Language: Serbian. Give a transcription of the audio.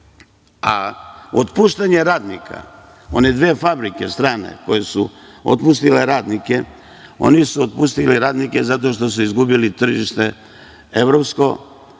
a otpuštanje radnika, one dve fabrike strane koje su otpustile radnike, one su otpustile radnike zato što su izgubili tržište evropsko.